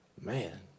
Man